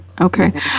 okay